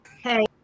Hey